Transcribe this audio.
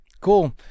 cool